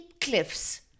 cliffs